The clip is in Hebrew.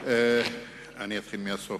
אני אתחיל מהסוף.